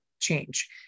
change